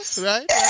Right